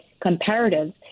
comparative